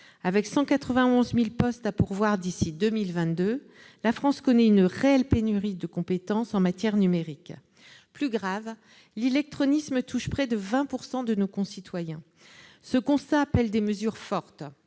Avec 191 000 postes à pourvoir d'ici à 2022, la France connaît une réelle pénurie de compétences en matière numérique. Plus grave encore : l'illectronisme touche près de 20 % de nos concitoyens. Ce constat appelle des mesures fortes.